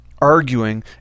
arguing